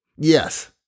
Yes